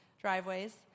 driveways